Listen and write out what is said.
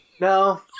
No